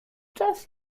czas